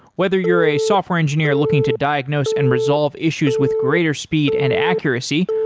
whether you're a software engineer looking to diagnose and resolve issues with greater speed and accuracy,